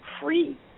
free